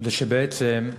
זה שבעצם,